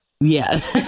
yes